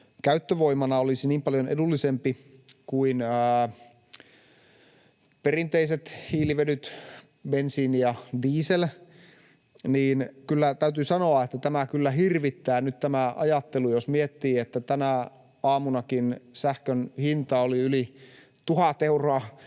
käyttövoimana olisi niin paljon edullisempi kuin perinteiset hiilivedyt, bensiini ja diesel. Kyllä täytyy sanoa, että tämä ajattelu kyllä nyt hirvittää. Jos miettii, että tänä aamunakin sähkön hinta oli yli 1 000 euroa